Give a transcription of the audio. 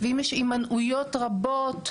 ואם יש הימנעויות רבות,